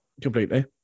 Completely